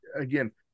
Again